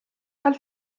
tal